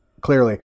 clearly